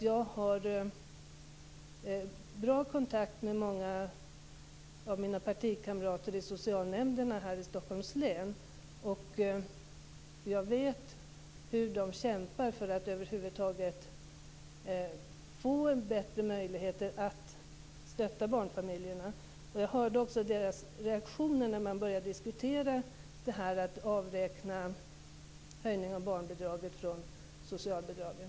Jag har bra kontakt med många av mina partikamrater i socialnämnderna här i Stockholms län och vet hur de kämpar för att över huvud taget få bättre möjligheter att stötta barnfamiljerna. Jag hörde också deras reaktioner när man började diskutera att höjningen av barnbidraget skulle avräknas från socialbidragen.